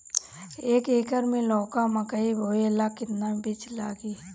एक एकर मे लौका मकई बोवे ला कितना बिज लागी?